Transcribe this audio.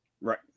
Right